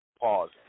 pause